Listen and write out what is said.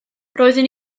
roeddwn